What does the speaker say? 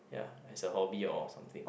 ya as a hobby or something